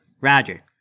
Roger